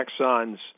Exxon's